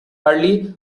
early